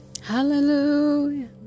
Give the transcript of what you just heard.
hallelujah